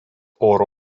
oro